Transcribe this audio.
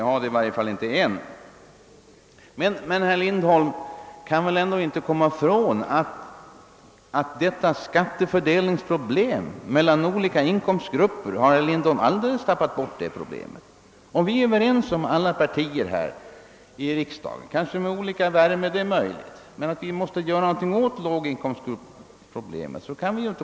Har herr Lindholm alldeles tappat bort problemet med skattefördelningen mellan olika inkomstgrupper? Alla partier är — kanske med olika grad av värme — Överens om att vi måste göra något åt låginkomstproblemet.